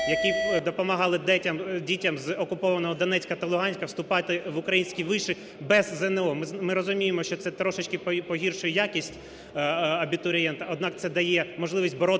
які допомагали дітям з окупованого Донецька та Луганська вступи в українські виші без ЗНО. Ми розуміємо, що це трошечки погіршує якість абітурієнта, однак це дає можливість боротися